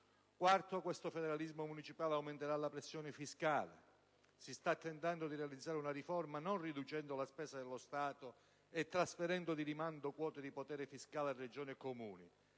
Quarto "no": questo federalismo municipale aumenterà la pressione fiscale. Si sta tentando di realizzare una riforma non riducendo la spesa dello Stato e trasferendo, di rimando, quote di potere fiscale a Regioni e Comuni,